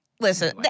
Listen